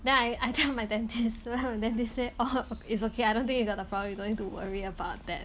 then I I tell my dentist then they say oh it's okay I don't think you got the problem you don't need to worry about that